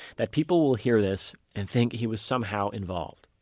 that people will hear this and think he was somehow involved.